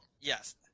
Yes